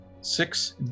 six